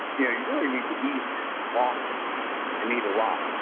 yeah you really need to eat often and eat a lot.